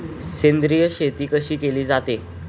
सेंद्रिय शेती कशी केली जाते?